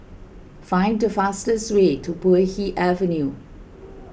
find the fastest way to Puay Hee Avenue